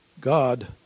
God